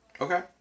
Okay